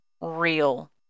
real